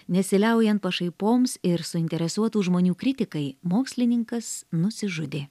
nesiliaujant pašaipoms ir suinteresuotų žmonių kritikai mokslininkas nusižudė